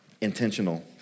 intentional